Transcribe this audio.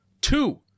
Two